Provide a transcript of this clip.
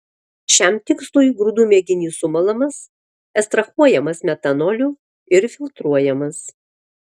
šiam tikslui grūdų mėginys sumalamas ekstrahuojamas metanoliu ir filtruojamas